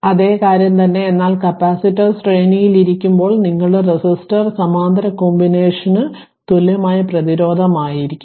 അതേ കാര്യം തന്നെ എന്നാൽ കപ്പാസിറ്റർ ശ്രേണിയിലായിരിക്കുമ്പോൾ നിങ്ങളുടെ റെസിസ്റ്റർ സമാന്തര കോമ്പിനേഷന് തുല്യമായ പ്രതിരോധം ആയിരിക്കും